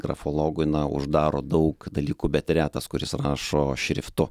grafologui na uždaro daug dalykų bet retas kuris rašo šriftu